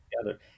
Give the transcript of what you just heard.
together